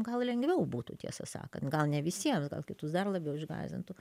gal lengviau būtų tiesą sakant gal ne visiems gal kitus dar labiau išgąsdintų